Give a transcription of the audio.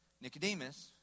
Nicodemus